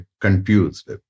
confused